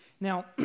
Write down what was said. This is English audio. Now